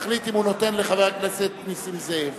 יחליט אם הוא נותן לחבר הכנסת נסים זאב.